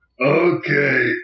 Okay